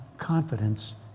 confidence